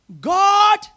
God